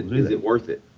is it worth it?